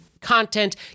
content